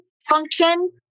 Function